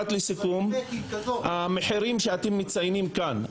לגבי המחירים שאתם מציינים כאן,